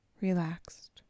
relaxed